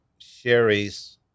sherrys